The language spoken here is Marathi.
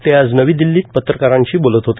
ते आज नवी दिल्लीत पत्रकारांशी बोलत ठोते